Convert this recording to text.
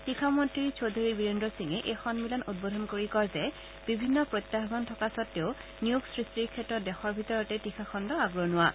তীখা মন্নী চৌধৰী বীৰেন্দ্ৰ সিঙে এই সন্মিলন উদ্বোধন কৰি কয় যে বিভিন্ন প্ৰত্যাহান থকা স্বত্তেও নিয়োগ সৃষ্টিৰ ক্ষেত্ৰত দেশৰ ভিতৰতে তীখা খণ্ড আগৰনুৱা